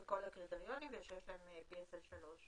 גם עלולים להוות בעיה מבחינת גורמים שרוצים לסכן את הביטחון של מדינת